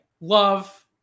love